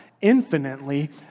infinitely